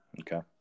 Okay